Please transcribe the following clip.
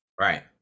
Right